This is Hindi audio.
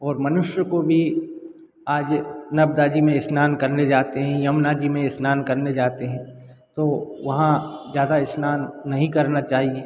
और मनुष्य को भी आज नर्मदा जी में स्नान करने जाते हैं यमुना जी में स्नान करने जाते हैं तो वहाँ ज़्यादा स्नान नहीं करना चाहिए